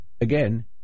again